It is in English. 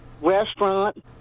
restaurant